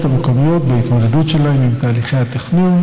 המקומיות בהתמודדות שלהן עם תהליכי התכנון.